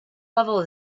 level